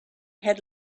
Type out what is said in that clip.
had